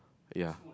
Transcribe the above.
ya